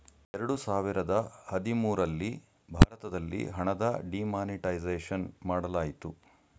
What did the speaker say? ಎರಡು ಸಾವಿರದ ಹದಿಮೂರಲ್ಲಿ ಭಾರತದಲ್ಲಿ ಹಣದ ಡಿಮಾನಿಟೈಸೇಷನ್ ಮಾಡಲಾಯಿತು